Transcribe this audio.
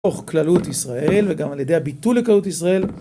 תוך כללות ישראל, וגם על ידי הביטוי לכללות ישראל.